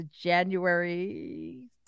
january